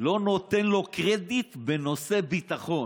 לא נותן לו קרדיט בנושא ביטחון.